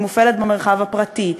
היא מופעלת במרחב הפרטי,